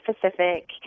Pacific